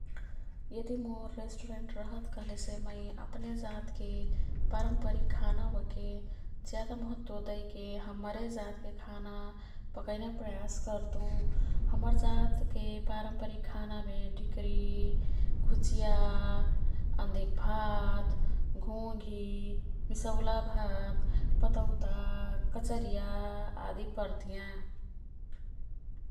यदि मोर् रेस्टुरेन्ट रहत कह्लेसे मै अप्ने जातके पारम्परिक खाना ओह्के ज्यादा महत्व दैके हम्मरे जातके खाना पकैना प्रयास कर्तु। हम्मर जातके पारम्परिक खानामे ढिकरी, घुचिया, अन्दिक भात, घोंघी, मिसौला भात, पतौता, कचरिया आदि पर्तियाँ।